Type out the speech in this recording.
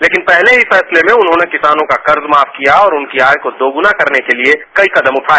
लेकिन पहले ही फैसले में उन्होंने किसानों का कर्ज माफ किया और उनकी आय को दोगुना करने के लिए कई कदम उठाए